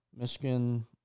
Michigan